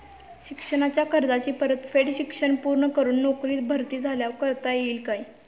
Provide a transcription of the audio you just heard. शिक्षणाच्या कर्जाची परतफेड शिक्षण पूर्ण करून नोकरीत भरती झाल्यावर करता येईल काय?